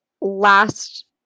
last